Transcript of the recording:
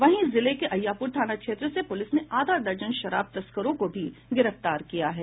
वहीं जिले के अहियापुर थाना क्षेत्र से पुलिस ने आधा दर्जन शराब तस्करों को भी गिरफ्तार किया है